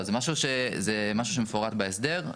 זה משהו שמפורט בהסדר,